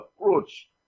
approach